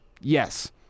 Yes